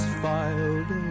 filed